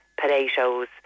potatoes